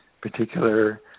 particular